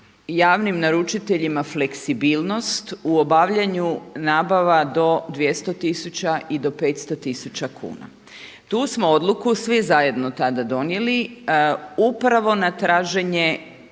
javnim naručiteljima fleksibilnost u obavljanju nabava do 200 tisuća i do 500 tisuća kuna. Tu smo odluku svi zajedno tada donijeli upravo na traženje